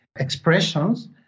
expressions